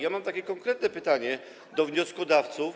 Ja mam konkretne pytanie do wnioskodawców.